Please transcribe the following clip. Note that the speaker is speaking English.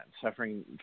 suffering